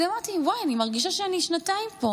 אמרתי: וואי, אני מרגישה שאני שנתיים פה